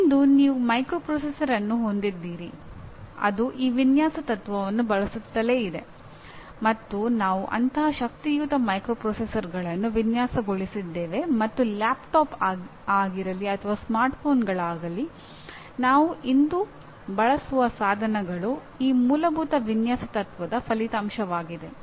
ಇಂದು ನೀವು ಮೈಕ್ರೊಪ್ರೊಸೆಸರ್ ಅನ್ನು ಹೊಂದಿದ್ದೀರಿ ಅದು ಈ ವಿನ್ಯಾಸ ತತ್ವವನ್ನು ಬಳಸುತ್ತಲೇ ಇದೆ ಮತ್ತು ನಾವು ಅಂತಹ ಶಕ್ತಿಯುತ ಮೈಕ್ರೊಪ್ರೊಸೆಸರ್ಗಳನ್ನು ವಿನ್ಯಾಸಗೊಳಿಸಿದ್ದೇವೆ ಮತ್ತು ಲ್ಯಾಪ್ಟಾಪ್ ಆಗಿರಲಿ ಅಥವಾ ಸ್ಮಾರ್ಟ್ಫೋನ್ಗಳಾಗಲಿ ನಾವು ಇಂದು ಬಳಸುವ ಸಾಧನಗಳು ಈ ಮೂಲಭೂತ ವಿನ್ಯಾಸ ತತ್ವದ ಫಲಿತಾಂಶವಾಗಿದೆ